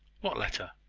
what letter?